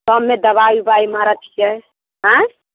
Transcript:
सभमे दवाइ ववाइ मारै छियै आँय